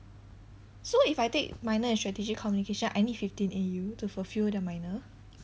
so if I take minor in strategic communication I need fifteen A_U to fulfil the minor